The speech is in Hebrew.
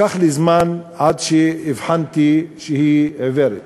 לקח לי זמן עד שהבחנתי שהיא עיוורת.